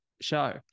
show